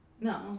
No